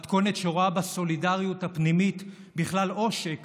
מתכונת שרואה בכלל בסולידריות הפנימית עושק